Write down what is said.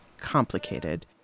complicated